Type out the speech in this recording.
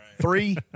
Three